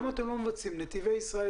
למה אתם לא מבצעים, נתיבי ישראל?